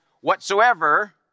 whatsoever